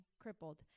crippled